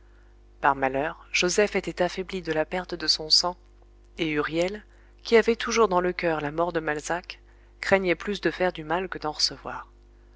par malheur joseph était affaibli de la perte de son sang et huriel qui avait toujours dans le coeur la mort de malzac craignait plus de faire du mal que d'en recevoir